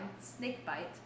Snakebite